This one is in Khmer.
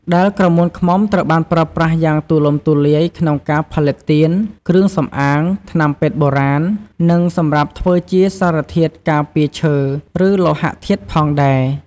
ដែលក្រមួនឃ្មុំត្រូវបានប្រើប្រាស់យ៉ាងទូលំទូលាយក្នុងការផលិតទៀន គ្រឿងសម្អាង ថ្នាំពេទ្យបុរាណ និងសម្រាប់ធ្វើជាសារធាតុការពារឈើ ឬលោហៈធាតុផងដេរ។